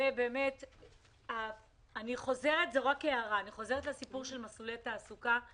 זו רק הערה, אני חוזרת לסיפור של מסלולי תעסוקה.